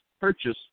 Purchase